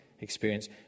experience